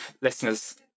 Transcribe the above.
listeners